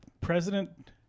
President